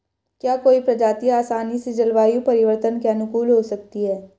क्या कोई प्रजाति आसानी से जलवायु परिवर्तन के अनुकूल हो सकती है?